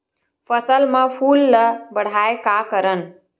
फसल म फूल ल बढ़ाय का करन?